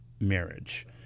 marriage